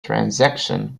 transaction